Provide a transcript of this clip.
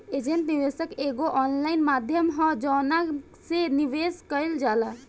angel निवेशक एगो online माध्यम ह जवना से निवेश कईल जाला